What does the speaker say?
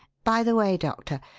by the way, doctor,